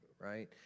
right